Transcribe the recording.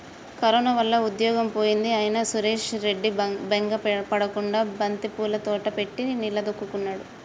corona వల్ల ఉద్యోగం పోయింది అయినా సురేష్ రెడ్డి బెంగ పడకుండా బంతిపూల తోట పెట్టి నిలదొక్కుకున్నాడు